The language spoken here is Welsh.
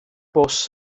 bws